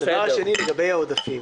הדבר השני לגבי העודפים.